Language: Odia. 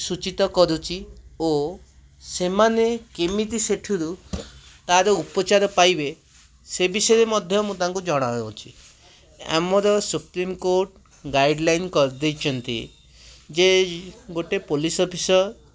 ସୂଚିତ କରୁଛି ଓ ସେମାନେ କେମିତି ସେଥିରୁ ତା'ର ଉପଚାର ପାଇବେ ସେ ବିଷୟରେ ମଧ୍ୟ ମୁଁ ତାଙ୍କୁ ଜଣାଉଅଛି ଆମର ସୁପ୍ରିମ୍ କୋର୍ଟ ଗାଇଡ଼୍ଲାଇନ୍ କରିଦେଇଛନ୍ତି ଯେ ଗୋଟେ ପୋଲିସ ଅଫିସର